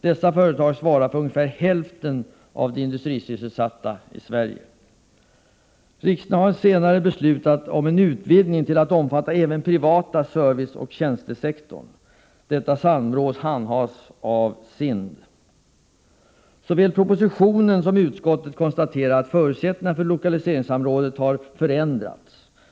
Dessa företag svarar för ungefär hälften av de industrisysselsatta i Sverige. Riksdagen har senare beslutat om att utvidga detta samråd till att omfatta även den privata serviceoch tjänstesektorn. Detta samråd handhas av SIND. Såväl regeringen som utskottet konstaterar att förutsättningarna för lokaliseringssamrådet har förändrats.